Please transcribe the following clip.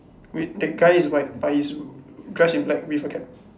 wait that guy is white but he's dressed in black with a cap